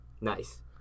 Nice